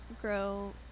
grow